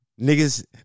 niggas